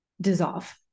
dissolve